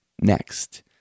Next